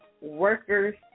workers